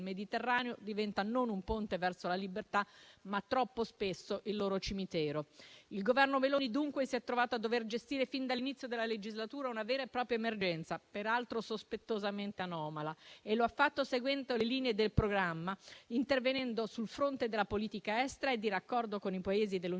diventa non un ponte verso la libertà, ma troppo spesso il loro cimitero. Il Governo Meloni, dunque, si è trovato a dover gestire, fin dall'inizio della legislatura, una vera e propria emergenza, peraltro sospettosamente anomala. E lo ha fatto seguendo le linee del programma, intervenendo sul fronte della politica estera e di raccordo con i Paesi dell'Unione